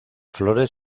flores